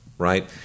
Right